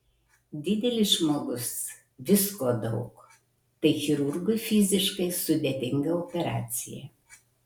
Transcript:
didelis žmogus visko daug tai chirurgui fiziškai sudėtinga operacija